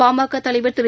பாமக தலைவர் திரு